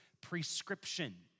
prescription